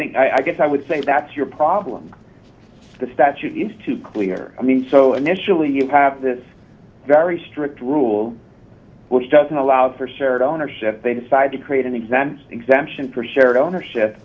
think i guess i would say that's your problem the statute is too clear i mean so initially you have this very strict rule which doesn't allow for shared ownership they decide to create an exam exemption for shared ownership